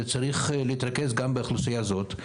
צריך להתרכז גם באוכלוסייה הזאת,